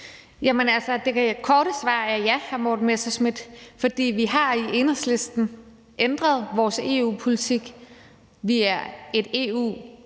det korte svar er ja, hr. Morten Messerschmidt, for vi har i Enhedslisten ændret vores EU-politik. Vi er et EU-kritisk